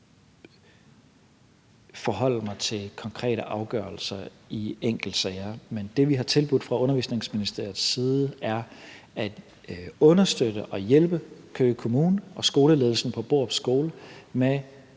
forholde mig til konkrete afgørelser i enkeltsager. Men det, vi har tilbudt fra Undervisningsministeriets side, er at understøtte og hjælpe Køge Kommune og skoleledelsen på Borup Skole med